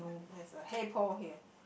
yes a hey Paul here